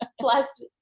plus